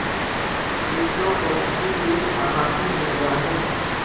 crypto currency एक आभासी मुद्रा है